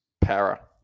Para